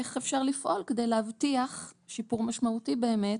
איך אפשר לפעול כדי להבטיח שיפור משמעותי באמת,